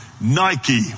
Nike